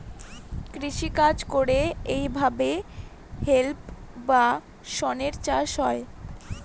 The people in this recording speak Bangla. কৃষি কাজ করে এইভাবে হেম্প বা শনের চাষ হয়